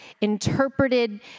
interpreted